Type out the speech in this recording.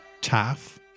Taff